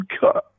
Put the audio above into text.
God